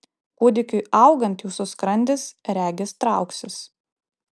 kūdikiui augant jūsų skrandis regis trauksis